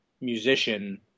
musician